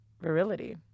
Virility